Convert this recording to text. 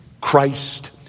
Christ